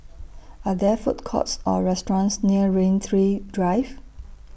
Are There Food Courts Or restaurants near Rain Tree Drive